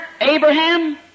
Abraham